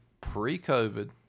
pre-COVID